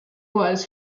was